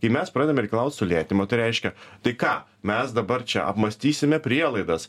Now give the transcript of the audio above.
kai mes pradedam reikalaut sulėtimo tai reiškia tai ką mes dabar čia apmąstysime prielaidas